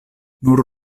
nur